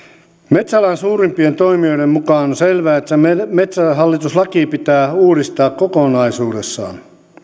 metsäalan suurimpien toimijoiden mukaan on selvää että metsähallitus laki pitää uudistaa kokonaisuudessaan